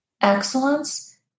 excellence